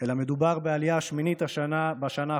אלא מדובר בעלייה השמינית בשנה האחרונה,